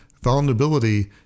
Vulnerability